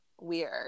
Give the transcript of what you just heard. weird